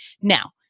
Now